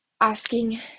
asking